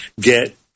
get